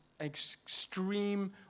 Extreme